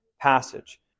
passage